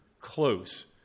close